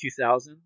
2000